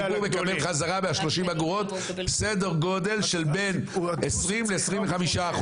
הציבור יקבל חזרה מה-30 אגורות סדר גודל של בין 20% ל-25%.